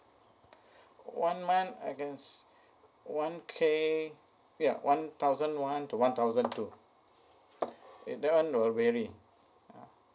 one month I guess one K ya one thousand one to one thousand two that one will vary ah